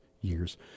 years